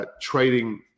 trading